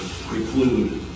preclude